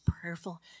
prayerful